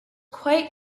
quite